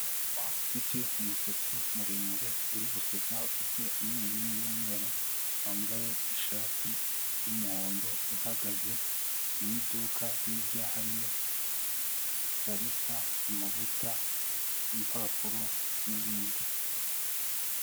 Umumama ufite umusatsi muremure uri guseka, ufite amenyo y'umweru wambaye ishati y'umuhondo, uhagaze mu iduka hirya harimo salisa, amavuta, ibipapuro n'ibindi.